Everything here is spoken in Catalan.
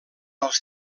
als